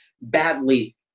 badly